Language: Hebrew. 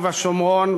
בשומרון,